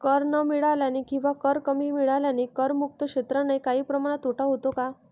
कर न मिळाल्याने किंवा कर कमी मिळाल्याने करमुक्त क्षेत्रांनाही काही प्रमाणात तोटा होतो का?